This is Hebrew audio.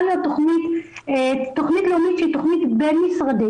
להיות תכנית לאומית שהיא תכנית בין-משרדית,